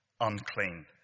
Unclean